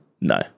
No